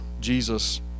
Jesus